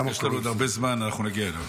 יש לנו עוד הרבה זמן, אנחנו נגיע לזה.